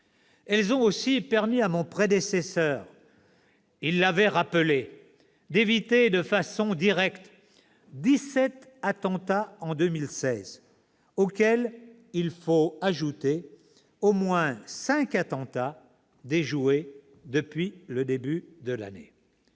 Elles ont aussi- mon prédécesseur l'avait rappelé -permis d'éviter de façon directe dix-sept attentats en 2016, auxquels il faut ajouter au moins cinq attentats déjoués depuis le début de l'année.